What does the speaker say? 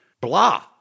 blah